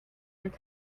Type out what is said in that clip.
and